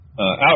out